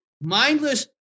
mindless